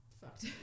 fucked